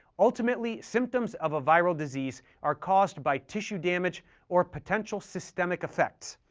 ultimately, symptoms of a viral disease are caused by tissue damage or potential systemic effects,